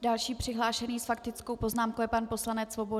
Další přihlášený s faktickou poznámkou je pan poslanec Svoboda.